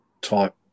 type